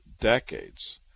decades